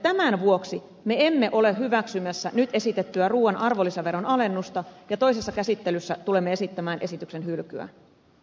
tämän vuoksi me emme ole hyväksymässä nyt esitettyä ruuan arvonlisäveron alennusta ja toisessa käsittelyssä tulemme esittämään esityksen hylkyä